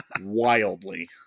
wildly